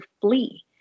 flee